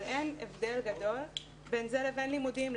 אבל, אין הבדל גדול בין זה לבין לימודים.